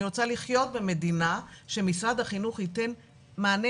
אני רוצה לחיות במדינה שמשרד החינוך ייתן מענה